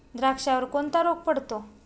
द्राक्षावर कोणता रोग पडतो?